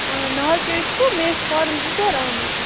آ ناو کیٛاہ حظ چھُو مےٚ ٲسۍ فارَم زٕ ژور آمٕتۍ